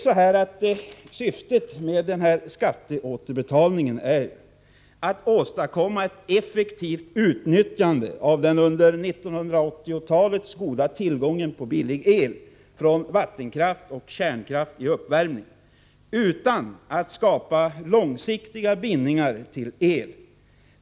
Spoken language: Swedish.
Syftet med den här skatteåterbetalningen är att åstadkomma ett effektivt utnyttjande i uppvärmningen av den under 1980-talet goda tillgången på billig el från vattenkraft och kärnkraft — utan att man därmed skapar långsiktiga bindningar till el.